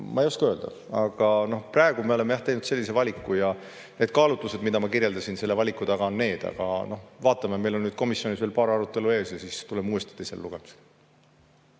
Ma ei oska öelda. Aga praegu me oleme teinud sellise valiku. Ja sellised kaalutlused, mida ma kirjeldasin, valiku taga on. Aga vaatame, meil on komisjonis veel paar arutelu ees ja siis tuleme uuesti teisele lugemisele.